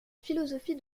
philosophie